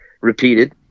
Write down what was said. repeated